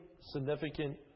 significant